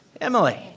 Emily